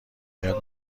باید